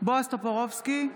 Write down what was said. בועז טופורובסקי,